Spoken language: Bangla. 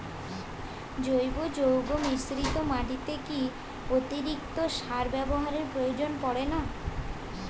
জৈব যৌগ মিশ্রিত মাটিতে কি অতিরিক্ত সার ব্যবহারের প্রয়োজন পড়ে না?